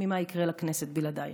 מה יקרה לכנסת בלעדייך.